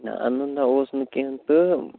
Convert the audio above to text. نہَ اَنُن نا اوس نہٕ کیٚنٛہہ تہٕ